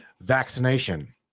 vaccination